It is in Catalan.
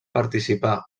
participà